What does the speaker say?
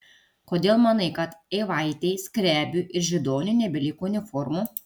kodėl manai kad eivaitei skrebiui ir židoniui nebeliko uniformų